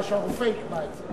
שהרופא יקבע את זה.